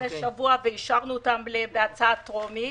לפני שבוע ואישרנו אותן בהצעה טרומית.